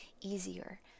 easier